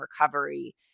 recovery